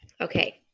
Okay